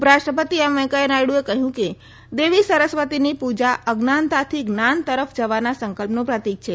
ઉપરાષ્ટ્રપતિ નાયડુએ કહયું કે દેવી સરસ્વતીની પુજા અજ્ઞાનતાથી જ્ઞાન તરફ જવાના સંકલ્પનું પ્રતિક છે